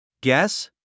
Guess